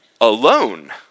alone